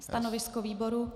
Stanovisko výboru?